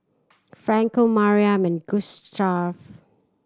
Franco Mariam and Gustaf